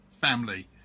family